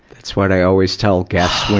that's what i always tell guests, when